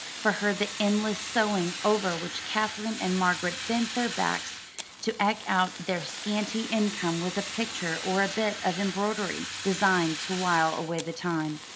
for her the endless sewing over which katherine and margaret bent their backs to eke out their scanty income was a picture or a bit of embroidery, designed to while away the time.